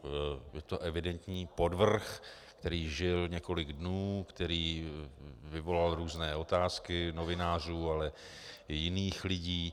Byl to evidentní podvrh, který žil několik dnů, který vyvolal různé otázky novinářů, ale i jiných lidí.